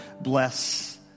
bless